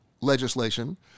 legislation